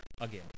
again